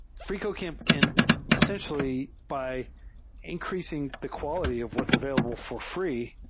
freecodecamp can essentially, by increasing the quality of what's available for free,